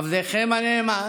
עבדכם הנאמן,